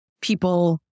people